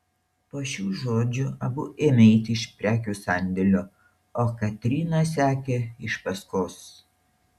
po šių žodžių abu ėmė eiti iš prekių sandėlio o katryna sekė iš paskos